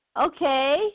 Okay